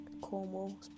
Cornwall